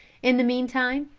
in the meantime,